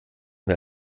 wer